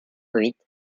huit